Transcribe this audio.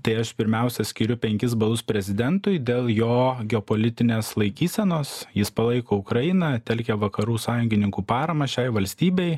tai aš pirmiausia skiriu penkis balus prezidentui dėl jo geopolitinės laikysenos jis palaiko ukrainą telkia vakarų sąjungininkų paramą šiai valstybei